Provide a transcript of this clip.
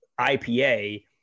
ipa